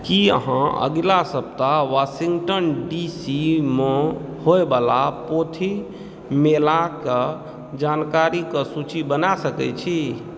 की अहाँ अगिला सप्ताह वाशिङ्गटन डी सीमे होइवला पोथी मेलाके जानकारीके सूची बना सकै छी